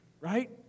right